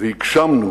והגשמנו